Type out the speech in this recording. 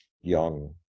young